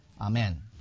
Amen